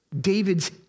David's